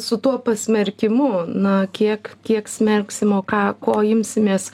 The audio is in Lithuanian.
su tuo pasmerkimu na kiek kiek smerksim o ką ko imsimės